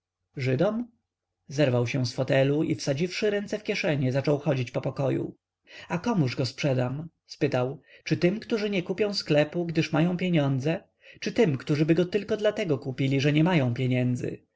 żydom zerwał się z fotelu i wsadziwszy ręce w kieszenie zaczął chodzić po pokoju a komuż go sprzedam spytał czy tym którzy nie kupią sklepu gdyż mają pieniądze czy tym którzyby go dlatego tylko kupili że nie mają pieniędzy